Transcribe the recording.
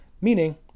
meaning